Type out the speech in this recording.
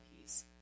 peace